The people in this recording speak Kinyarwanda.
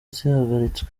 zihagaritswe